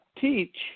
teach